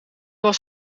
was